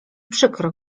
przykro